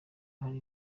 hari